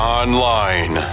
online